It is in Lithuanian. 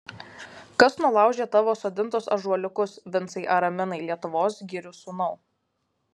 kas nulaužė tavo sodintus ąžuoliukus vincai araminai lietuvos girių sūnau